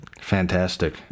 Fantastic